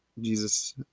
Jesus